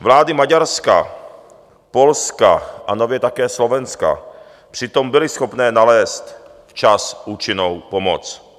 Vlády Maďarska, Polska a nově také Slovenska přitom byly schopné nalézt včas účinnou pomoc.